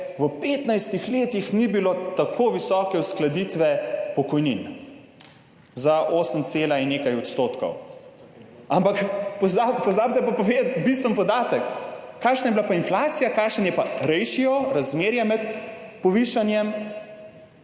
v 15 letih ni bilo tako visoke uskladitve pokojnin za osem in nekaj odstotkov. Ampak pozabite pa povedati bistven podatek. Kakšna je bila pa inflacija? Kakšen je pa ratio, razmerje med povišanjem,